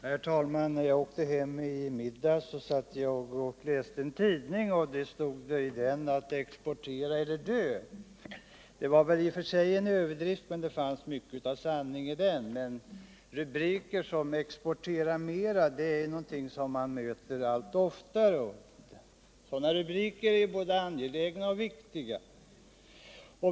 Herr talman! När jag åkte hem i middags satt jag och läste en tidning. Det stod i den: Att exportera elter dö. Det var i och för sig en överdrift, men det fanns mycket av sanning i den. Rubriker som Exportera mera möter man allt oftare, och sådana är båda angelägna och viktiga.